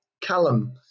Callum